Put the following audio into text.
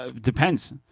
Depends